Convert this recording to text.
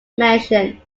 mansion